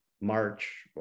March